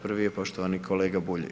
Prvi je poštovani kolega Bulj.